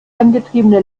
angetriebene